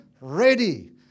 ready